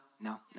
no